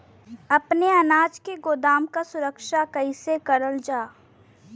अपने अनाज के गोदाम क सुरक्षा कइसे करल जा?